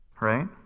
Right